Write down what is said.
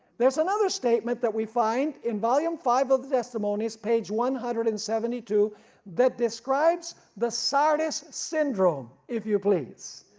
there is another statement that we find in volume five of the testimonies page one hundred and seventy two that describes the sardis syndrome, if you please.